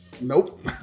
Nope